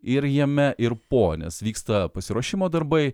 ir jame ir po nes vyksta pasiruošimo darbai